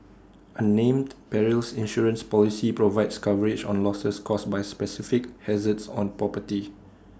A named Perils Insurance Policy provides coverage on losses caused by specific hazards on property